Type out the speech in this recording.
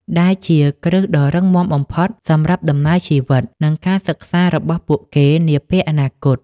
ដែលជាគ្រឹះដ៏រឹងមាំបំផុតសម្រាប់ដំណើរជីវិត និងការសិក្សារបស់ពួកគេនាពេលអនាគត។